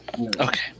Okay